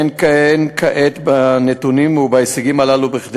אין כעת בנתונים ובהישגים הללו כדי